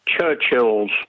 Churchill's